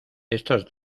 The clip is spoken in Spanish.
estos